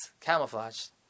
camouflaged